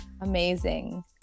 Amazing